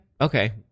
okay